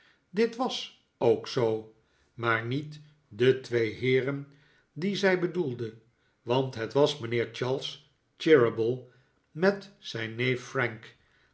dit was ook zoo maar riiet de twee heeren die zij bedoelde want het was mijnheer charles cheeryble met zijn neef frank